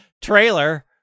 trailer